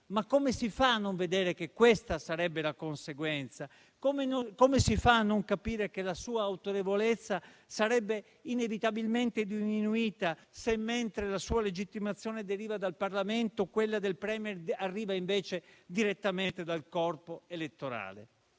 Ma come si fa a non vedere che questa sarebbe la conseguenza? Come si fa a non capire che la sua autorevolezza sarebbe inevitabilmente diminuita se, mentre la sua legittimazione deriva dal Parlamento, quella del *Premier* arriva invece direttamente dal corpo elettorale,